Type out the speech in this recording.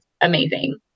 amazing